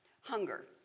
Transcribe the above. Hunger